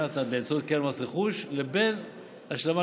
נתנה באמצעות קרן מס רכוש לבין לפוליסה.